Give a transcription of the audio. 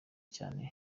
cyane